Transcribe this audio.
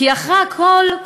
כי אחרי הכול,